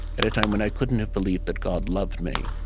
at a time when i couldn't have believed that god loved me,